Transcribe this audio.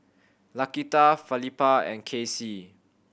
Laquita Felipa and Kaycee